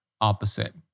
opposite